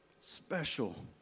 special